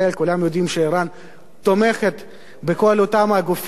כולם יודעים שאירן תומכת בכל אותם הגופים,